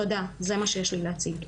תודה, זה מה שיש לי להציג.